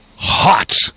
hot